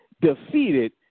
defeated